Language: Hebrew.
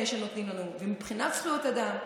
שנותנים לנו, ומבחינת זכויות אדם.